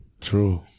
True